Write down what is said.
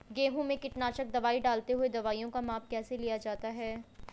गेहूँ में कीटनाशक दवाई डालते हुऐ दवाईयों का माप कैसे लिया जाता है?